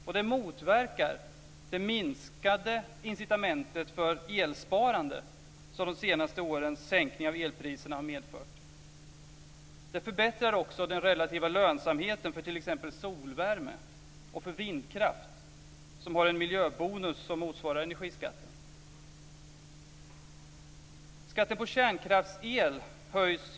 Detta motverkar det minskade incitamentet för elsparande som de senaste årens sänkning av elpriserna har medfört. Det förbättrar också den relativa lönsamheten för t.ex. solvärme och för vindkraft som har en miljöbonus som motsvarar energiskatten.